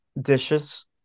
Dishes